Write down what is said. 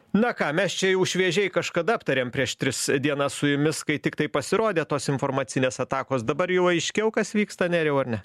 na ką mes čia jau šviežiai kažkada aptarėm prieš tris dienas su jumis kai tiktai pasirodė tos informacinės atakos dabar jau aiškiau kas vyksta nerijau ar ne